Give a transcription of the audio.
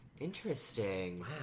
Interesting